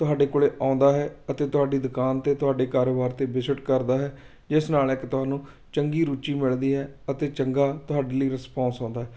ਤੁਹਾਡੇ ਕੋਲ ਆਉਂਦਾ ਹੈ ਅਤੇ ਤੁਹਾਡੀ ਦੁਕਾਨ 'ਤੇ ਤੁਹਾਡੇ ਕਾਰੋਬਾਰ 'ਤੇ ਵਿਜ਼ਿਟ ਕਰਦਾ ਹੈ ਜਿਸ ਨਾਲ ਇੱਕ ਤੁਹਾਨੂੰ ਚੰਗੀ ਰੁਚੀ ਮਿਲਦੀ ਹੈ ਅਤੇ ਚੰਗਾ ਤੁਹਾਡੇ ਲਈ ਰਿਸਪੋਂਸ ਆਉਂਦਾ ਹੈ